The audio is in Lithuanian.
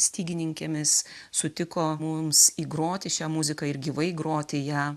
stygininkėmis sutiko mums įgroti šią muziką ir gyvai groti ją